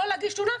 לא להגיש תלונה,